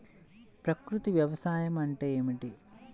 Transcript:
ప్రకృతి వ్యవసాయం అంటే ఏమిటి?